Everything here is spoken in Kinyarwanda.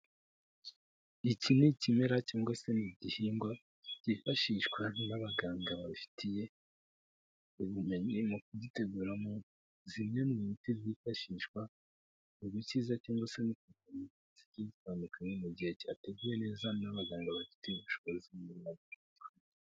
Iki ni ikimera cyangwa se ni igihingwa byifashishwa n'abaganga babifitiye ubumenyi mu kugiteguramo zimwemwete byifashishwa mu gukiza cyangwa se mutsikitandukanyekanya mu gihe cyateguyewe neza n'abaganga bafitiye ubushobozi mumenyi.